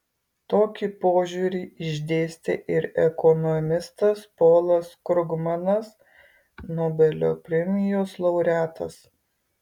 tokį požiūrį išdėstė ir ekonomistas polas krugmanas nobelio premijos laureatas